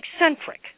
eccentric